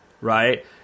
right